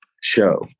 show